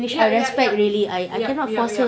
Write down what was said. yup yup yup yup yup yup